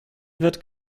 wird